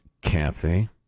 Kathy